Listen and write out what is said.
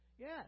Yes